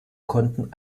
konnten